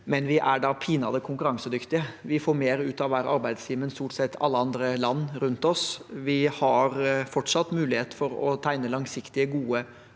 men vi er da pinadø konkurransedyktige. Vi får mer ut av hver arbeidstime enn stort sett alle andre land rundt oss. Vi har fortsatt mulighet til å tegne langsiktige og